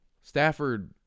Stafford